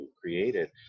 created